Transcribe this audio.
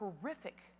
horrific